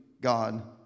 God